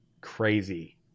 crazy